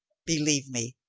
believe me,